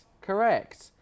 correct